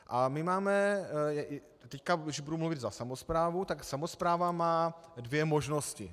A my máme teď, když budu mluvit za samosprávu, tak samospráva má dvě možnosti.